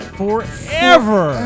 forever